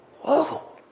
Whoa